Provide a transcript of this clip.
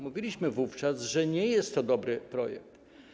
Mówiliśmy wówczas, że nie jest to dobry projekt.